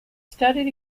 studied